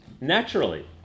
Naturally